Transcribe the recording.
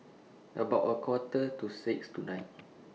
about A Quarter to six tonight